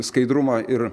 skaidrumą ir